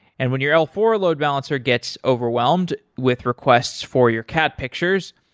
and when your l four load balancer gets overwhelmed with requests for your cat pictures,